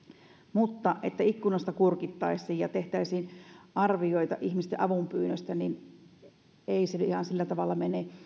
mutta että ikkunasta kurkittaisiin ja tehtäisiin arvioita ihmisten avunpyynnöistä ei se ihan sillä tavalla mene